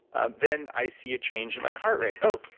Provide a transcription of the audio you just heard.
ah then i see a change in my heart rate. oh,